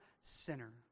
sinner